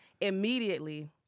Immediately